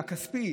הכספי,